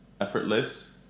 effortless